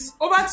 over